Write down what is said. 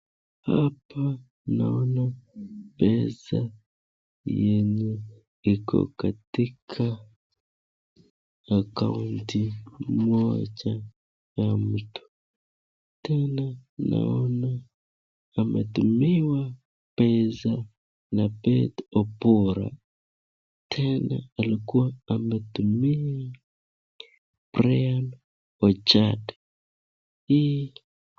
Hapa naona pesa yenye iko katika akaunti moja ya Mtu tena naona ametumiwa pesa na Bet Oboro tena alikuwa ametumia Brian Ojad hii.